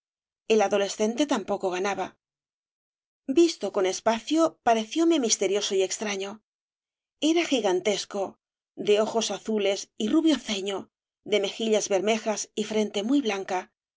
el adolescente tampoco ganaba visto con espaobras de valle inclan ció parecióme misterioso y extraño era gigantesco de ojos azules y rubio ceño de mejillas bermejas y frente muy blanca